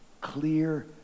clear